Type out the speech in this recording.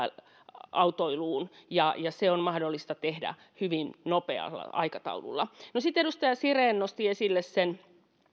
autoiluun ja se on mahdollista tehdä hyvin nopealla aikataululla edustaja siren nosti esille